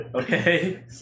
Okay